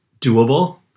doable